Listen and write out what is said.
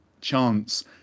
chance